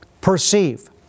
perceive